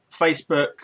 Facebook